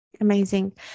Amazing